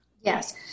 Yes